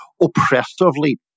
oppressively